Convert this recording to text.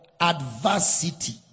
adversity